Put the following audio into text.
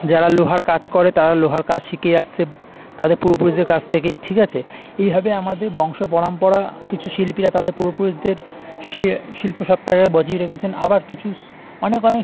যারা লোহার কাজ করে তারা লোহার কাজ শিখে আসছে তাদের পূর্বপুরুষদের কাছ থেকে ঠিক আছে এইভাবে আমাদের বংশ পরম্পরা কিছু শিল্পীরা তাদের পূর্বপুরুষদের শি শিল্পসত্তাকে বাঁচিয়ে রেখেছেন আবার কিছু অনেক অনেক